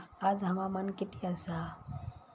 आज हवामान किती आसा?